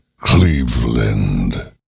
Cleveland